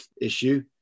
issue